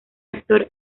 actor